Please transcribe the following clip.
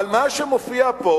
אבל מה שמופיע פה